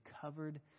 covered